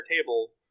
table